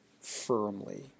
firmly